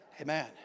Amen